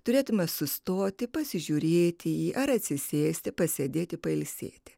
turėtumėme sustoti pasižiūrėti į jį ar atsisėsti pasėdėti pailsėti